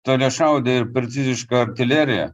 toliašaudę ir precizišką artileriją